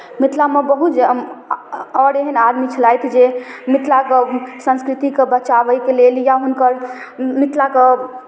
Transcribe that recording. मिथिलामे बहुत ज्यादा अ अ आओर एहन आदमी छलथि जे मिथिलाके संस्कृतिकेँ बचाबैके लेल या हुनकर मिथिलाके